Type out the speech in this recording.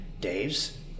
dave's